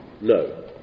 No